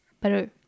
better